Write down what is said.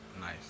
Nice